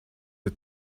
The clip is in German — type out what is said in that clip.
der